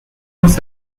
قرص